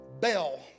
bell